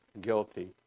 guilty